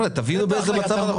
תבינו באיזה מצב אנחנו נמצאים.